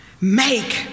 make